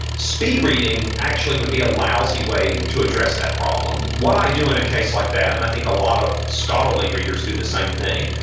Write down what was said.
speed reading actually would be a lousy way to address that problem what i do in a case like that and i think a lot of scholarly readers do the same thing.